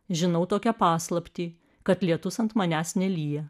žinau tokią paslaptį kad lietus ant manęs nelyja